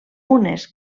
unes